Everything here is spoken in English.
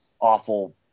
awful